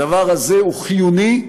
הדבר הזה הוא חיוני,